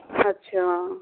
अच्छा